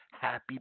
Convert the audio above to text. happy